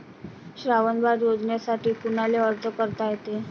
श्रावण बाळ योजनेसाठी कुनाले अर्ज करता येते?